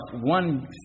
one